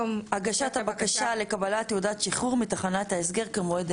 הגשת הבקשה לקבלת תעודת שחרור מתחנת ההסגר כמועד.